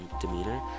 demeanor